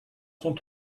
sont